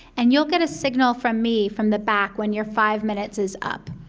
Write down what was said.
and you'll get a signal from me, from the back when your five minutes is up.